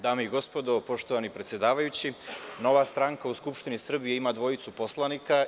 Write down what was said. Dame i gospodo, poštovani predsedavajući, Nova stranka u Skupštini Srbije ima dvojicu poslanika.